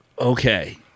Okay